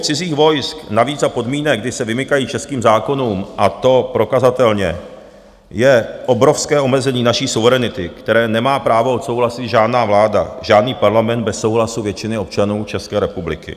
Pobyt cizích vojsk, navíc za podmínek, kdy se vymykají českým zákonům, a to prokazatelně, je obrovské omezení naší suverenity, které nemá právo odsouhlasit žádná vláda, žádný parlament bez souhlasu většiny občanů České republiky.